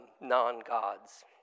non-gods